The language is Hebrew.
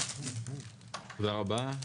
תודה רבה.